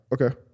okay